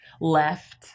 left